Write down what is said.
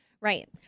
right